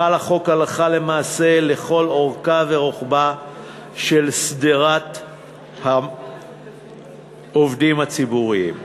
חל החוק הלכה למעשה לכל אורכה ורוחבה של שדרת העובדים הציבוריים.